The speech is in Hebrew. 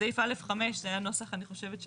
בסעיף א(5) זה היה נוסח אני חושבת.